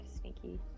sneaky